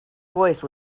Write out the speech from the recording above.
voice